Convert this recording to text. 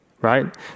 right